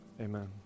Amen